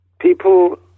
people